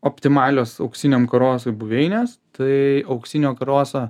optimalios auksiniam karosui buveinės tai auksinio karoso